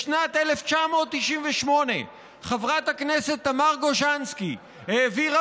בשנת 1998 חברת הכנסת תמר גוז'נסקי העבירה